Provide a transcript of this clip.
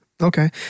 Okay